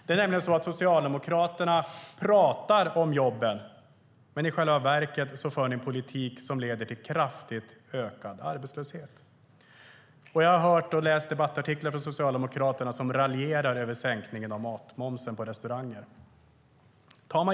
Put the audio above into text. Det är nämligen så att Socialdemokraterna pratar om jobben, men i själva verket för en politik som leder till kraftigt ökad arbetslöshet. Jag har läst debattartiklar från Socialdemokraterna där man raljerar över sänkningen av matmomsen på restauranger.